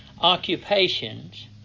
occupations